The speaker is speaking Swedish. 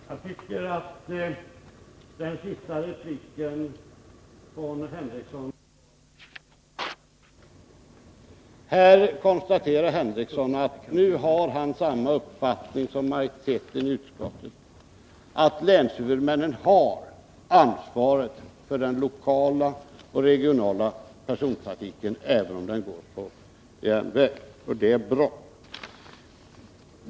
Herr talman! Jag tycker att Sven Henricssons senaste replik var utomordentligt bra. Han konstaterar att han har samma uppfattning som utskottsmajoriteten, att länshuvudmännen har ansvaret för den lokala och regionala persontrafiken även om den går på järnväg. Det är bra.